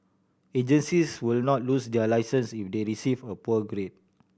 agencies will not lose their licence if they receive a poor grade